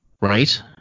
Right